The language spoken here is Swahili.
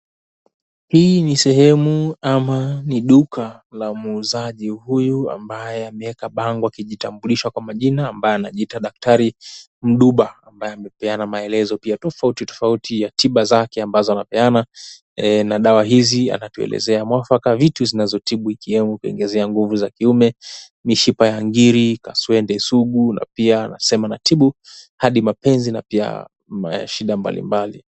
Hii ni sehemu ama ni duka la muuzaji huyu ambaye ameeka bango akijitambulisha kwa majina ambaye anajiita Daktari Mduba, ambaye amepeana maelezo vya tofauti tofauti ya tiba zake ambazo anapeana na dawa hizi anatuelezea mwafaka vitu zinazotibu ikiwemo kuongezea nguvu za kiume, mishipa ya ngiri, kaswende sugu na pia anasema anatibu hadi mapenzi na pia shida mbalimbali.